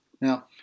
Now